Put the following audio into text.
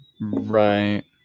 Right